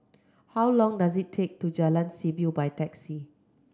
how long does it take to Jalan Seaview by taxi